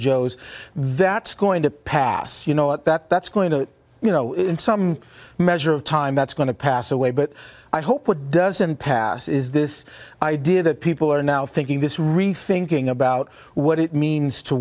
joe's that's going to pass you know what that that's going to you know some measure of time that's going to pass away but i hope it doesn't pass is this idea that people are now thinking this rethinking about what it means to